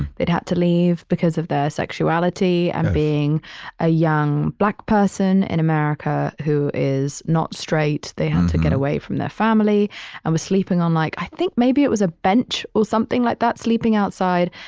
they'd had to leave because of their sexuality and being a young black person in and america who is not straight, they had to get away from their family and were sleeping on like i think maybe it was a bench or something like that, sleeping outside,